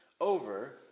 over